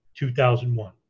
2001